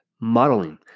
modeling